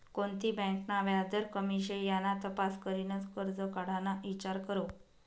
कोणती बँक ना व्याजदर कमी शे याना तपास करीनच करजं काढाना ईचार करो